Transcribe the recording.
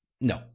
No